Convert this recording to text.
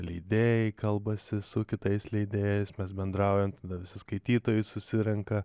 leidėjai kalbasi su kitais leidėjais mes bendraujant visi skaitytojai susirenka